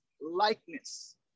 likeness